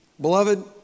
Beloved